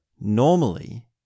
Normally